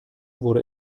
wurde